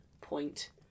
point